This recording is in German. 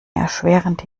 erschwerend